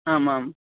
आमाम्